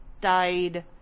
died